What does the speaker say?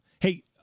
Hey